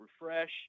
refresh